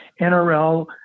nrl